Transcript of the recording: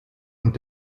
und